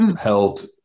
held